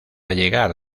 llegar